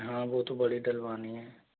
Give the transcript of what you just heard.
हाँ वो तो बड़ी डलवानी है